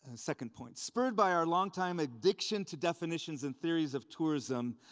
and second point. spurred by our long-time addiction to definitions and theories of tourism,